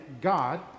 God